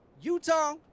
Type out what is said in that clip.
Utah